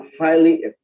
highly